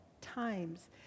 times